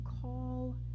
call